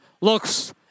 looks